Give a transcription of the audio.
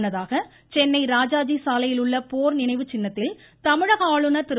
முன்னதாக சென்னை ராஜாஜி சாலையிலுள்ள போர் நினைவு சின்னத்தில் தமிழக ஆளுநர் திரு